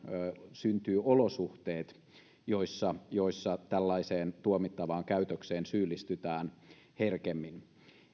syntyvät olosuhteet joissa joissa tällaiseen tuomittavaan käytökseen syyllistytään herkemmin